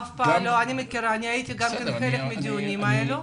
הייתי חלק מהדיונים הללו.